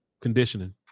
conditioning